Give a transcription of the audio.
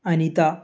Anitha